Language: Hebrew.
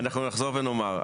אנחנו נחזור ונאמר,